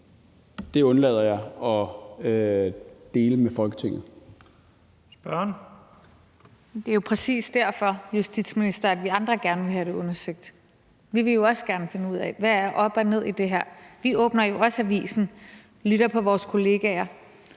Kl. 14:41 Rosa Lund (EL): Det er jo præcis derfor, at vi andre gerne vil have det undersøgt. Vi vil jo også gerne finde ud af, hvad der er op og ned i det her. Vi åbner jo også avisen og lytter på vores kollegaer